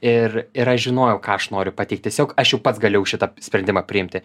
ir ir aš žinojau ką aš noriu pateikti tiesiog aš jau pats galėjau šitą sprendimą priimti